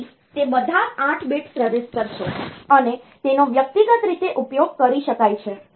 તેથી તે બધા 8 bits રજિસ્ટર છે અને તેનો વ્યક્તિગત રીતે ઉપયોગ કરી શકાય છે